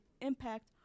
impact